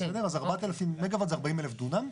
אז 4,000 מגה וואט זה 40,000 דונם.